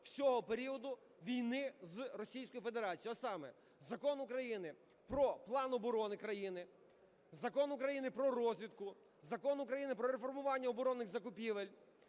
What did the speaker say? всього періоду війни з Російською Федерацією. А саме: Закон України про План оборони країни, Закон України "Про розвідку", Закон України про реформування оборонних закупівель.